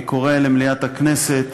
אני קורא למליאת הכנסת